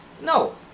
No